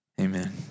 Amen